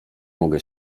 mogę